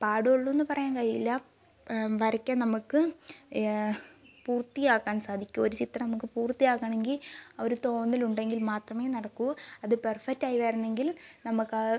പാടുള്ളൂയെന്ന് പറയാൻ കഴിയില്ല വരയ്ക്കാൻ നമുക്ക് പൂർത്തിയാക്കാൻ സാധിക്കൂ ഒരു ചിത്രം നമുക്ക് പൂർത്തിയാക്കണമെങ്കിൽ ഒരു തോന്നൽ ഉണ്ടെങ്കിൽ മാത്രമേ നടക്കൂ അത് പെർഫക്റ്റായി വരണമെങ്കിൽ നമുക്ക് ആ